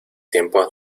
tiempos